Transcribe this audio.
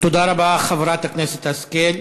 תודה רבה, חברת הכנסת השכל.